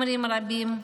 אומרים רבים,